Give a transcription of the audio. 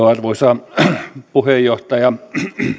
arvoisa puheenjohtaja